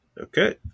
Okay